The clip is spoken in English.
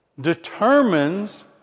determines